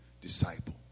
disciple